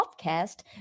podcast